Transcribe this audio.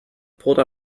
pulled